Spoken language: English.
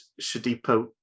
Shadipo